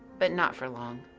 but not for long.